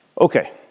Okay